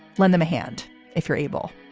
lend them a hand if you're able